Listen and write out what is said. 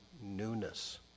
newness